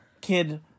kid